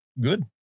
good